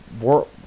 war